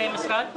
באיזה משרד?